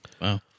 Wow